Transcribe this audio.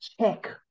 Check